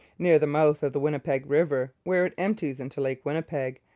near the mouth of the winnipeg river, where it empties into lake winnipeg,